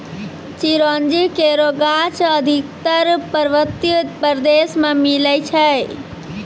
चिरौंजी केरो गाछ अधिकतर पर्वतीय प्रदेश म मिलै छै